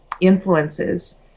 influences